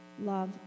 Love